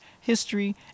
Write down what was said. history